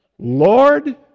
Lord